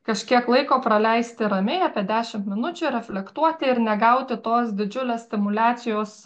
kažkiek laiko praleisti ramiai apie dešim minučių reflektuoti ir negauti tos didžiulės stimuliacijos